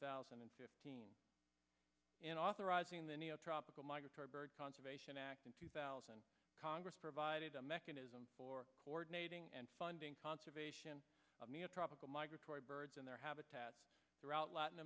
thousand and fifteen and authorizing the new tropical migratory bird conservation act in two thousand congress provided a mechanism for coordinating and funding conservation of me a tropical migratory birds and their habitat throughout latin